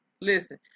listen